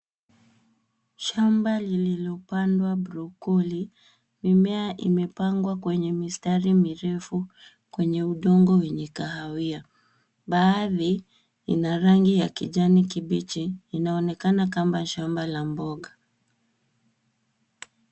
Shamba lililopandwa brokoli, mimea imepangwa kwenye mistari mirefu kwenye udongo wenye kahawia. Baadhi ina rangi ya kijani kibichi inaonekana kama shamba la mboga.